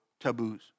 taboos